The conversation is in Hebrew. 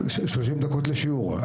30 דקות לשיעור.